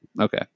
okay